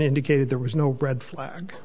indicated there was no bread flag